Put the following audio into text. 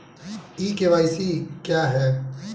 ई KYC क्या है?